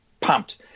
pumped